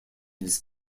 his